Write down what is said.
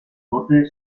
borde